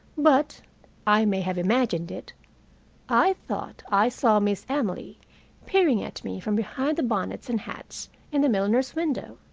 but i may have imagined it i thought i saw miss emily peering at me from behind the bonnets and hats in the milliner's window.